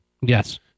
Yes